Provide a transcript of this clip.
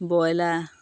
broiler